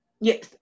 yes